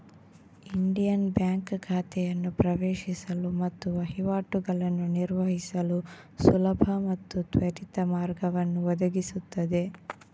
Indian bank ಖಾತೆಯನ್ನು ಪ್ರವೇಶಿಸಲು ಮತ್ತು ವಹಿವಾಟುಗಳನ್ನು ನಿರ್ವಹಿಸಲು ಸುಲಭ ಮತ್ತು ತ್ವರಿತ ಮಾರ್ಗವನ್ನು ಒದಗಿಸುತ್ತದೆ